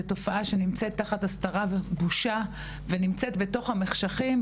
זו תופעה שנמצאת תחת הסתרה ובושה ונמצאת בתוך המחשכים,